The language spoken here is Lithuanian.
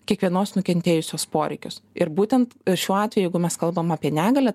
kiekvienos nukentėjusios poreikius ir būtent šiuo atveju jeigu mes kalbam apie negalią